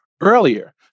earlier